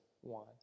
one